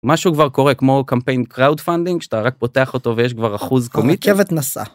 משהו כבר קורה כמו קמפיין קראוד פנדינג שאתה רק פותח אותו ויש כבר אחוז commitment. הרכבת נסעה